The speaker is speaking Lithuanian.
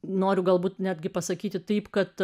noriu galbūt netgi pasakyti taip kad